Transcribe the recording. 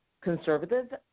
conservative